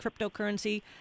cryptocurrency